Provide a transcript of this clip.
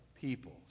people